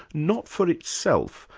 not for itself,